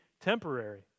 temporary